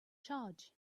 charge